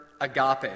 agape